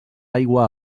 aigua